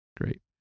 Great